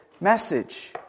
message